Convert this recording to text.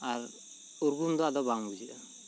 ᱟᱨ ᱩᱨᱜᱩᱢ ᱫᱚ ᱟᱫᱚ ᱵᱟᱝ ᱵᱩᱡᱷᱟᱹᱜᱼᱟ